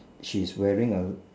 she's wearing A